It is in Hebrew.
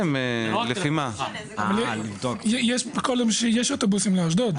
יש אוטובוסים לאשדוד,